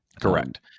correct